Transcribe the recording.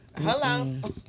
Hello